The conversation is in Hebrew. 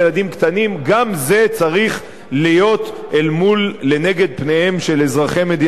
גם זה צריך להיות לנגד עיניהם של אזרחי מדינת ישראל כשבאים